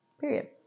Period